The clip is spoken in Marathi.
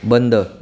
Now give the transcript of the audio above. बंद